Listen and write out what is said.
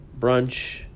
Brunch